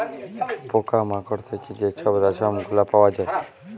পকা মাকড় থ্যাইকে যে ছব রেশম গুলা পাউয়া যায়